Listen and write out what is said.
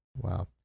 Wow